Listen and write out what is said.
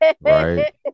right